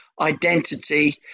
identity